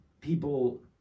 people